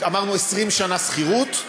אמרנו 20 שנה שכירות,